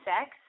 sex